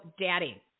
daddy